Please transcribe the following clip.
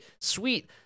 sweet